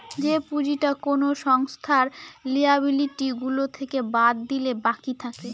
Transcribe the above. যে পুঁজিটা কোনো সংস্থার লিয়াবিলিটি গুলো থেকে বাদ দিলে বাকি থাকে